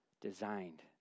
designed